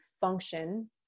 function